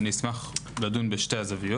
ואשמח לדון בשתיהן.